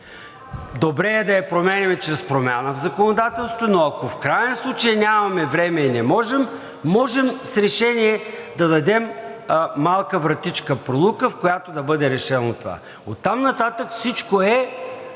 Добре е да я променяме чрез промяна в законодателството, но ако в краен случай нямаме време и не можем, можем с решение да дадем малка вратичка, пролука, в която да бъде решено това. Оттам нататък всичко е